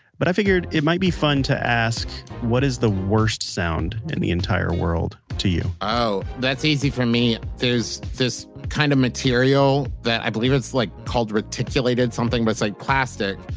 but, i figured it might be fun to ask, what is the worst sound in the entire world to you? oh. that's easy for me. there's this kind of material that. i believe it's like called reticulated something. but, it's like plastic,